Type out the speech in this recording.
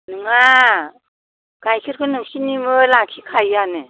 नङा गाइखेरखौ नोंसिनिबो लाखिखायोआनो